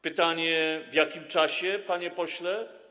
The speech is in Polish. Pytanie o to, w jakim czasie, panie pośle.